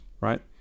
right